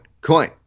coin